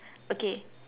okay